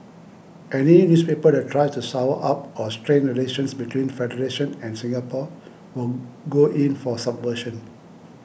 any newspaper that tries to sour up or strain relations between Federation and Singapore will go in for subversion